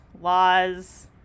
laws